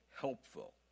helpful